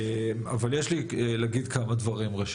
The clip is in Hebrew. אבל יש לי להגיד כמה דברים.